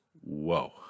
Whoa